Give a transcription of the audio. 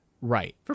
Right